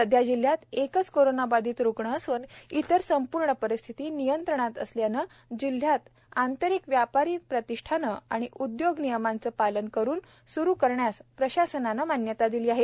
सध्या जिल्ह्यात एकच कोरोनाबधित रुग्ण असून इतर संपूर्ण परिस्थिती नियंत्रणात असल्यानं जिल्ह्या आंतरिक व्यापारी प्रतिष्ठाने आणि उद्योग नियमांचे पालन करून सुरू करण्यास प्रशासनाने मान्यता दिली आहे